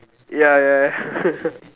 ya ya ya